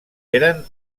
eren